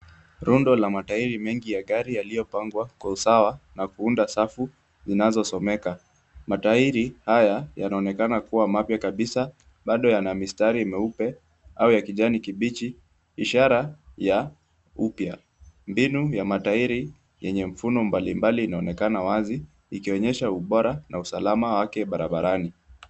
Rundo la matairi mengi ya gari yaliyopangwa kwa usawa na kuunda safu zinazosomeka. Matairi haya yanaonekana kuwa mapya kabisa, bado yana mistari meupe au ya kijani kibichi, ishara ya upya. Mbinu ya matairi yenye mfumo mbalimbali inaonekana wazi ikionyesha ubora na usalama wake barabarani.